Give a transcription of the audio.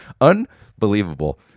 Unbelievable